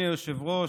אדוני היושב-ראש,